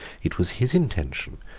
it was his intention,